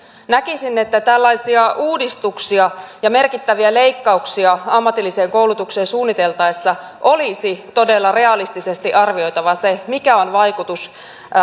näkisin että tällaisia uudistuksia ja merkittäviä leikkauksia ammatilliseen koulutukseen suunniteltaessa olisi todella realistisesti arvioitava se mikä on vaikutus